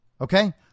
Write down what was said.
Okay